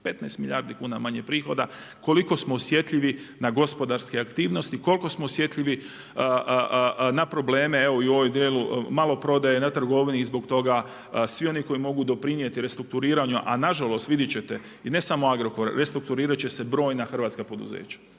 15 milijardi kuna manje prihoda. Koliko smo osjetljivi na gospodarske aktivnosti, koliko smo osjetljivi na probleme, evo i u ovom djelu maloprodaje, na trgovini i zbog toga svi oni koji mogu doprinijeti restrukturiranju a nažalost, vidjet ćete , i ne samo Agrokor, restrukturirat će se brojna hrvatska poduzeća.